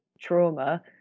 trauma